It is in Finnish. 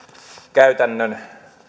käytännön